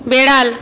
বেড়াল